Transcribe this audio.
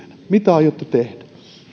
mitä aiotte tehdä